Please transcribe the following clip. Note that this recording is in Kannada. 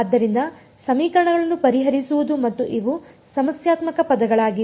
ಆದ್ದರಿಂದ ಸಮೀಕರಣಗಳನ್ನು ಪರಿಹರಿಸುವುದು ಮತ್ತು ಇವು ಸಮಸ್ಯಾತ್ಮಕ ಪದಗಳಾಗಿವೆ